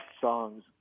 songs